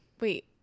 Wait